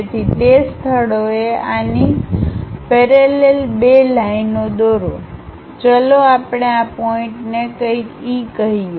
તેથી તે સ્થળોએ આની પેરેલલ બે લાઇનો દોરે ચાલો આપણે આ પોઇન્ટ ને કંઈક E કહીએ